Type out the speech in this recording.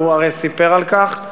והוא הרי סיפר על כך.